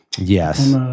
Yes